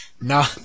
Nah